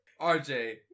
RJ